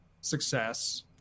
success